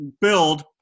build